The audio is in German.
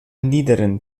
niederen